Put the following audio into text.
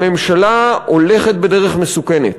הממשלה הולכת בדרך מסוכנת.